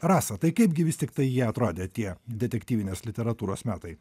rasa tai kaipgi vis tiktai jie atrodė tie detektyvinės literatūros metai